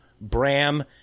Bram